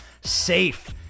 safe